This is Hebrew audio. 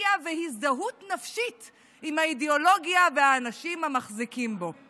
אמפתיה והזדהות נפשית עם האידיאולוגיה ועם האנשים המחזיקים בו.